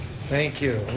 thank you,